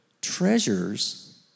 Treasures